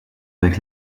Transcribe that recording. avec